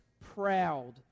proud